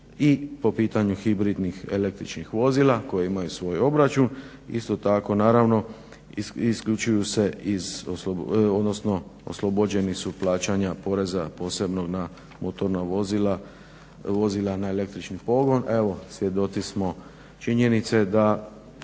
i po pitanju hibridnih električnih vozila koja imaju svoj obračun, isto tako naravno isključuju se iz, odnosno oslobođeni su plaćanja poreza posebno na motorna vozila, vozila na električni pogon. Evo svjedoci smo činjenice da